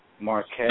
Marquette